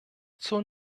zur